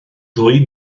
ddwy